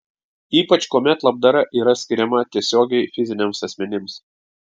ypač kuomet labdara yra skiriama tiesiogiai fiziniams asmenims